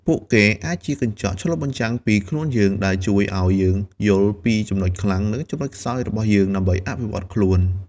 ពួកគេអាចជាកញ្ចក់ឆ្លុះបញ្ចាំងពីខ្លួនយើង ដែលជួយឱ្យយើងយល់ពីចំណុចខ្លាំង និងចំណុចខ្សោយរបស់យើង ដើម្បីអភិវឌ្ឍខ្លួន។